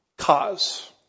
cause